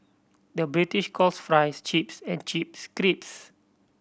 the British calls fries chips and chips crisps